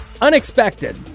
unexpected